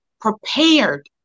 prepared